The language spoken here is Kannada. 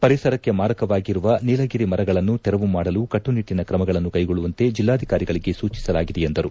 ಪರಿಸರಕ್ಕೆ ಮಾರಕವಾಗಿರುವ ನೀಲಗಿರಿ ಮರಗಳನ್ನು ತೆರವು ಮಾಡಲು ಕಟ್ಟುನಿಟ್ಟನ ಕ್ರಮಗಳನ್ನು ಕೈಗೊಳ್ಳುವಂತೆ ಜಿಲ್ಲಾಧಿಕಾರಿಗಳಗೆ ಸೂಚಿಸಲಾಗಿದೆ ಎಂದರು